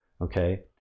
okay